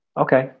Okay